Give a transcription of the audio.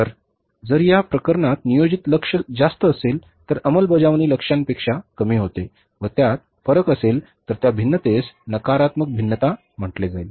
तर जर या प्रकरणात नियोजित लक्ष्य जास्त असेल तर अंमलबजावणी लक्ष्यापेक्षा कमी होते व त्यात फरक असेल तर त्या भिन्नतेस नकारात्मक भिन्नता म्हटले जाईल